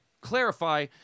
clarify